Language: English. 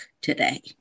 today